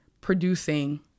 producing